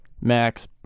Max